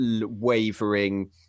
wavering